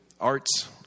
arts